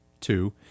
Two